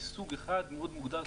זה סוג אחד מאוד מוגדר,